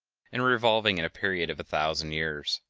and revolving in a period of a thousand years.